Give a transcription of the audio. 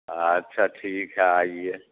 اچھا ٹھیک ہے آئیے